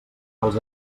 dels